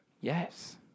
Yes